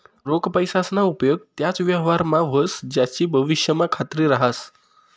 रोख पैसासना उपेग त्याच व्यवहारमा व्हस ज्यानी भविष्यमा खात्री रहास